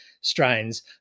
strains